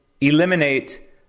eliminate